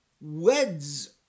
weds